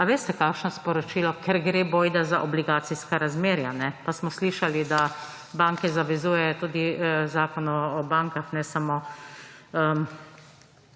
Ali veste, kakšno sporočilo? Ker gre bojda za obligacijska razmerja, pa smo slišali, da banke zavezujejo tudi Zakon o bankah, ne samo